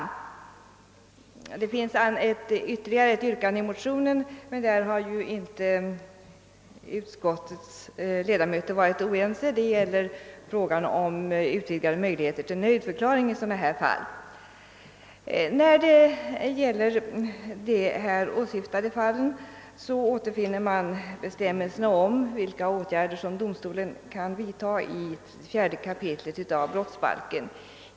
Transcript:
Det finns ytterligare ett yrkande i motionen, men där har ju inte utskottets ledamöter varit oense. Det gäller frågan om utvidgade möjligheter till nöjdförklaring i sådana här fall. När det gäller de här åsyftade fallen återfinner man bestämmelserna om vilka åtgärder en domstol kan vidtaga i 4 kap. brottsbalken.